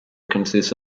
consists